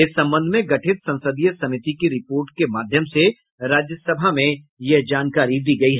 इस संबंध में गठित संसदीय समिति की रिपोर्ट के माध्यम से राज्यसभा में यह जानकारी दी गयी